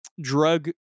drug